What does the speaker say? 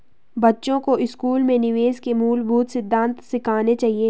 बच्चों को स्कूल में निवेश के मूलभूत सिद्धांत सिखाने चाहिए